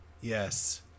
yes